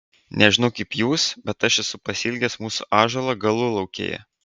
nežinau kaip jūs bet aš esu pasiilgęs mūsų ąžuolo galulaukėje